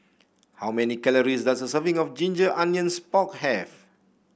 how many calories does a serving of Ginger Onions Pork have